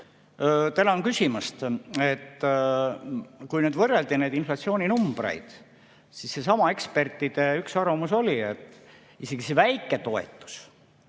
Tänan küsimast! Kui võrreldi neid inflatsiooninumbreid, siis seesama ekspertide arvamus oli, et isegi see väike toetus,